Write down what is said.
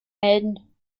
melden